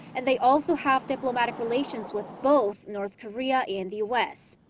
and they also have diplomatic relations with both north korea and the u s.